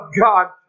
God